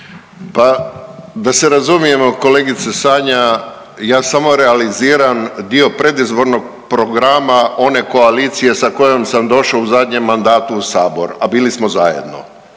Pa da se razumijemo, kolegice Sanja, ja samo realiziram dio predizbornog programa one koalicije sa kojom sam došao u zadnjem mandatu u Sabor, a bili smo zajedno.